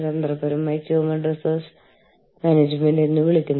കൂടാതെ അവ പരസ്പരം വ്യത്യസ്ത കാര്യങ്ങളാൽ ബന്ധപ്പെട്ടിരിക്കുന്നു